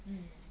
mmhmm